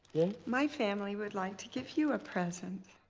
my family would like to give you a present.